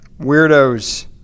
weirdos